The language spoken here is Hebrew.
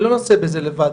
אני לא נושא בזה לבד,